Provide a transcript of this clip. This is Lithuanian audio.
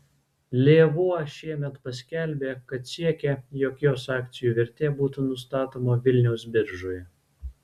lėvuo šiemet paskelbė kad siekia jog jos akcijų vertė būtų nustatoma vilniaus biržoje